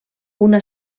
una